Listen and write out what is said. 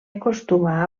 acostuma